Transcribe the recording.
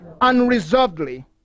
unreservedly